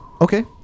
Okay